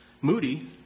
Moody